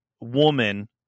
woman